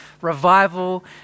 revival